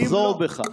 תחזור בך.